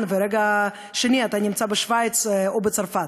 וברגע אחר אתה נמצא בשווייץ או בצרפת.